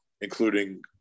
including